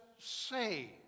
say